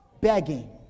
Begging